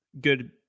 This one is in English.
good